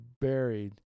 buried